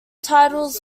titles